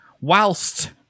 whilst